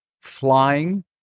flying